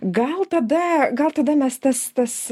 gal tada gal tada mes tas tas